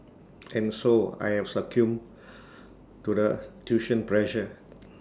and so I have succumbed to the tuition pressure